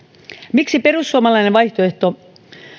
miksi perussuomalainen vaihtoehto